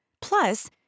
Plus